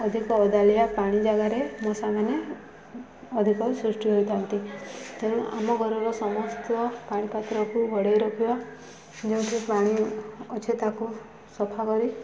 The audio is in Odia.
ଅଧିକ ଓଦାଳିିଆ ପାଣି ଜାଗାରେ ମଶାମାନେ ଅଧିକ ସୃଷ୍ଟି ହୋଇଥାନ୍ତି ତେଣୁ ଆମ ଘରର ସମସ୍ତ ପାଣି ପାତ୍ରକୁ ଘୋଡ଼େଇ ରଖିବା ଯେଉଁଠି ପାଣି ଅଛ ତାକୁ ସଫା କରି